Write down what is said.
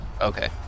Okay